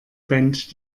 band